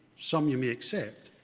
some you may accept,